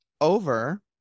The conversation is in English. over